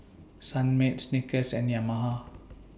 Sunmaid Snickers and Yamaha